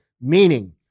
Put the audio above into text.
Meaning